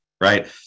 right